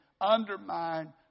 undermine